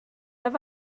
have